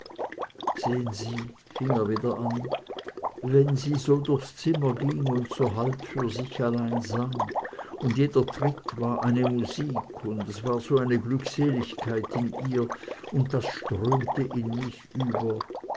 sehn sie fing er wieder an wenn sie so durchs zimmer ging und so halb für sich allein sang und jeder tritt war eine musik es war so eine glückseligkeit in ihr und das strömte in mich über